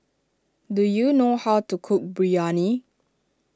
do you know how to cook Biryani